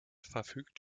verfügt